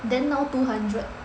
then now two hundred